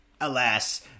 alas